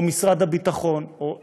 או משרד הביטחון, או איזושהי,